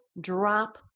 drop